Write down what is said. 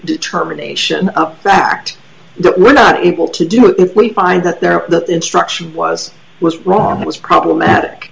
determination of fact that we're not able to do it if we find that there that instruction was was wrong it was problematic